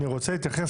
אני אומר: